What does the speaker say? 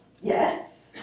Yes